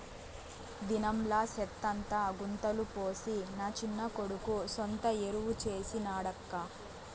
దినంలా సెత్తంతా గుంతల పోసి నా చిన్న కొడుకు సొంత ఎరువు చేసి నాడక్కా